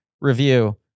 review